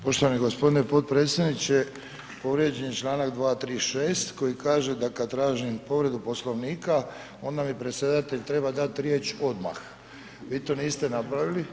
Poštovani g. potpredsjedniče, povrijeđen je čl. 236. koji kaže da kad tražim povredu Poslovnika onda mi predsjedatelj treba dat riječ odmah, vi to niste napravili.